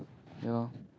ya lor